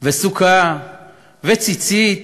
וסוכה וציצית?